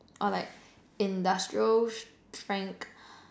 or like industrial strength